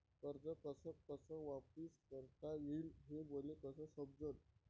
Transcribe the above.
कर्ज कस कस वापिस करता येईन, हे मले कस समजनं?